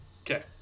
okay